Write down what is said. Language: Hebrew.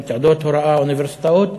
עם תעודות הוראה מהאוניברסיטאות,